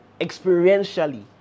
experientially